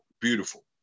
Beautiful